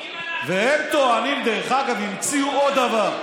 והם טוענים, דרך אגב, המציאו עוד דבר: